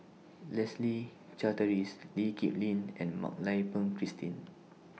Leslie Charteris Lee Kip Lin and Mak Lai Peng Christine